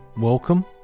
Welcome